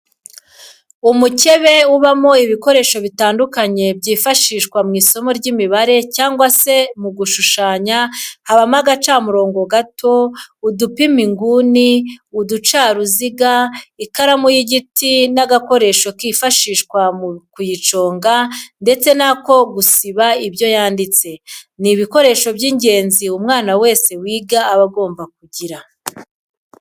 Umukebe ubamo ibikoresho bitandukanye byifashishwa mu isomo ry'imibare cyangwa se mu gushushanya habamo agacamurongo gato, udupima inguni, uducaruziga, ikaramu y'igiti n'agakoresho kifashishwa mu kuyiconga ndetse n'ako gusiba ibyo yanditse, ni ibikoresho by'ingenzi umwana wese wiga aba agomba kugira.